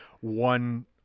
one